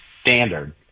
standard